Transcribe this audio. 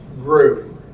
grew